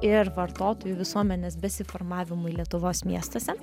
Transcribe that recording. ir vartotojų visuomenės besiformavimui lietuvos miestuose